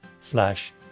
slash